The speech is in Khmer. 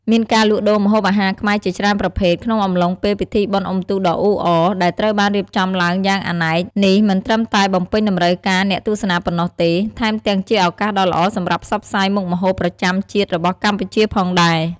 មានការលក់ដូរម្ហូបអាហារខ្មែរជាច្រើនប្រភេទ ក្នុងអំឡុងពេលពិធីបុណ្យអុំទូកដ៏អ៊ូអរ ដែលត្រូវបានរៀបចំឡើងយ៉ាងអនេក នេះមិនត្រឹមតែបំពេញតម្រូវការអ្នកទស្សនាប៉ុណ្ណោះទេ ថែមទាំងជាឱកាសដ៏ល្អសម្រាប់ផ្សព្វផ្សាយមុខម្ហូបប្រចាំជាតិរបស់កម្ពុជាផងដែរ។